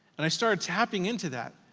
and i started tapping into that.